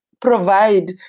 provide